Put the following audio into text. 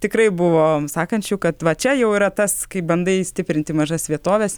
tikrai buvo sakančių kad va čia jau yra tas kai bandai stiprinti mažas vietoves